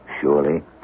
surely